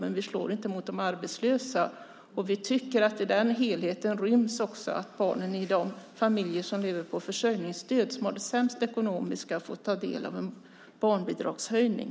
Men vi slår inte mot de arbetslösa. I den helheten tycker vi också ryms att barnen i de familjer som lever på försörjningsstöd, som har det sämst ekonomiskt, ska få ta del av en barnbidragshöjning.